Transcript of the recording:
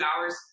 hours